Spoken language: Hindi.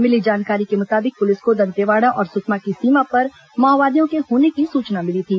मिली जानकारी के मुताबिक पुलिस को दंतेवाड़ा और सुकमा की सीमा पर माओवादियों के होने की सूचना मिली थी